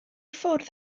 ffwrdd